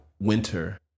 winter